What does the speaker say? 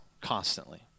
constantly